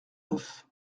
neuf